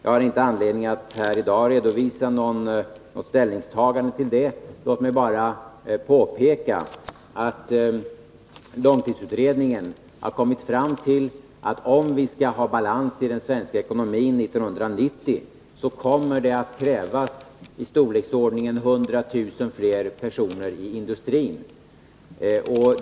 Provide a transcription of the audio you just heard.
Jag har inte anledning att här i dag redovisa något ställningstagande i det avseendet. Låt mig bara påpeka att långtidsutredningen har kommit fram till att om vi skall ha balans i den svenska ekonomin 1990, så kommer det att krävas ca 100 000 fler personer i industrin.